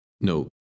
No